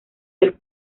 del